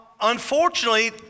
unfortunately